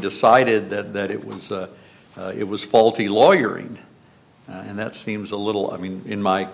decided that it was it was faulty lawyering and that seems a little i mean in my